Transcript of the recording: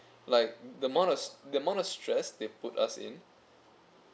like the amount of the amount of stress they put us in